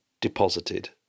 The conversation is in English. deposited